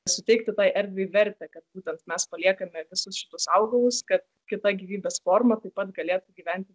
suteikti tai erdvei vertę kad būtent mes paliekame visus šituos augalus kad kita gyvybės forma taip pat galėtų gyventi